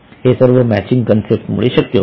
हे सर्व matching concept मुळे शक्य होते